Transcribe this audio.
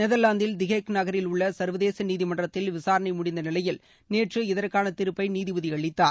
நெதர்லாந்தில் திஹேக் நகரில் உள்ள சர்வதேச நீதிமன்றத்தில் விசாரணை முடிந்த நிலையில் நேற்று இதற்கான தீர்ப்பை நீதிபதி அளித்தார்